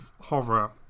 horror